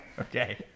Okay